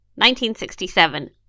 1967